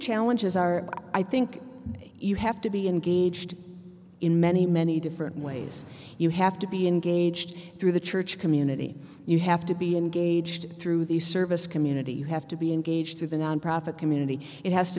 challenges are i think you have to be engaged in many many different ways you have to be engaged through the church community you have to be engaged through the service community you have to be engaged with the nonprofit community it has